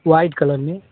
white colour में